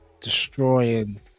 destroying